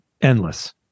endless